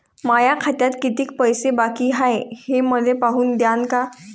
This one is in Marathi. माया खात्यात कितीक पैसे बाकी हाय हे पाहून द्यान का?